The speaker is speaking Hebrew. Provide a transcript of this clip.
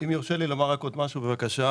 אם יורשה לי לומר רק עוד משהו, בבקשה.